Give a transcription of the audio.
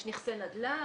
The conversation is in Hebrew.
יש נכסי נדל"ן,